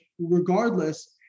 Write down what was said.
regardless